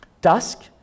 Dusk